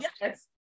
Yes